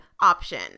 option